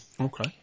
Okay